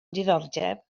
diddordeb